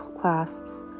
clasps